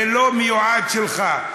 זה לא מיועד לך,